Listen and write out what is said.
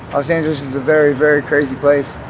los angeles is a very, very crazy place.